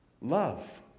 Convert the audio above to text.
love